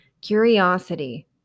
curiosity